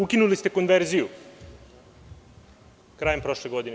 Ukinuli ste konverziju krajem prošle godine.